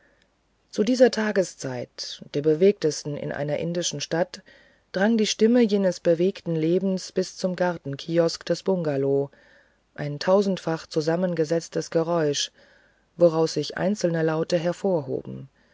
zu dieser tageszeit der bewegtesten in einer indischen stadt drang die stimme jenes lebens bis zum gartenkiosk des bungalow ein tausendfach zusammengesetztes geräusch woraus sich einzelne laute hervorhoben